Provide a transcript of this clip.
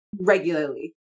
regularly